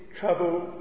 trouble